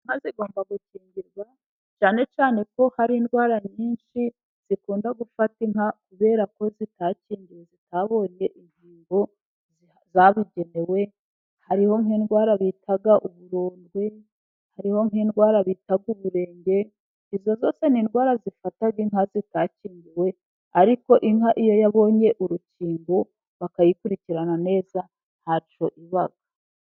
Inka zigomba gukingirwa cyane cyane ko hari indwara nyinshi zikunda gufata inka kuberako zitakingiwe, zitabonye inkingo zabugenewe hariho nk'indwara bita uburondwe ,hariho nk'indwara bita uburenge ,izo zose ni indwara zifata inka zitakingiwe ariko inka iyo yabonye urukingo bakayikurikirana neza ntacyo iba.